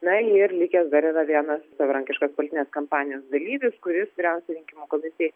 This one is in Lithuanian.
na ir likęs dar yra vienas savarankiškas politinės kampanijos dalyvis kuris vyriausioji rinkimų komisijai